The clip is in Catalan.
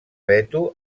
veto